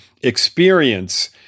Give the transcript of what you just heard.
experience